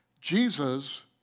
Jesus